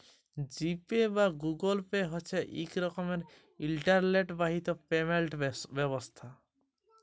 জি Pay বা Google Pay হছে ইক রকমের ইলটারলেট বাহিত পেমেল্ট ব্যবস্থা